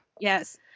Yes